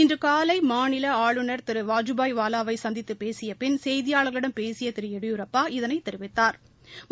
இன்றுகாலை மாநில ஆளுநர் திரு வஜபாய் வாலாவை சந்தித்து பேசிய பின் செய்தியாளர்களிடம் திரு எடியூரப்பா இதனைத் தெரிவித்தாா்